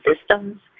systems